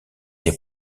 des